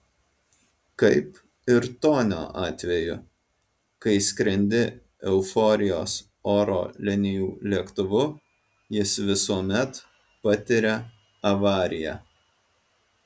kaip ir tonio atveju kai skrendi euforijos oro linijų lėktuvu jis visuomet patiria avariją